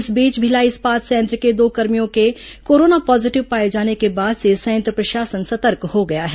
इस बीच भिलाई इस्पात संयंत्र के दो कर्मियों के कोरोना पॉजीटिव पाए जाने के बाद से संयंत्र प्रशासन सतर्क हो गया है